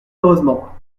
heureusement